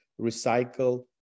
recycle